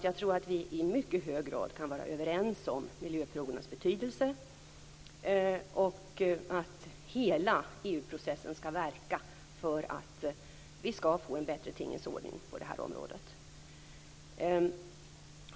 Jag tror att vi i hög grad kan vara överens om miljöfrågornas betydelse och att hela EU-processen skall verka för att vi skall få en bättre tingens ordning på det här området.